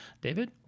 David